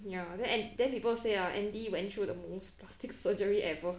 ya then then people say ah andy went through the most plastic surgery ever